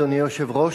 אדוני היושב-ראש,